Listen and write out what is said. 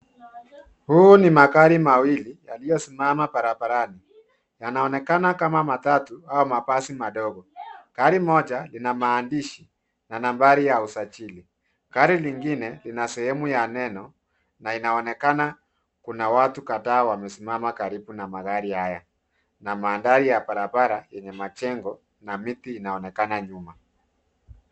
Huu ni magari mawili, yaliyosimama barabarani. Yanaonekana kama matatu, ama mabasi madogo. Gari moja, lina maandishi. Na nambari ya usajili. Gari lingine, lina sehemu ya neno, na inaonekana kuna watu kadhaa wamesimama karibu na magari haya, na mandhari ya barabara yenye majengo, na miti inaonekana nyuma.